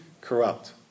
corrupt